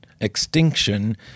extinction